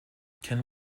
can